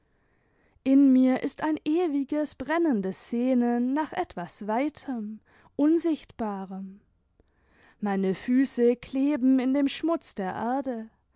in mir ist ein ewiges breimendes sehnen nach etwas weitem unsichtbarem meine füße kleben in dem schmutz der erde